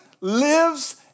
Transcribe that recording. lives